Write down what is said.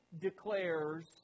declares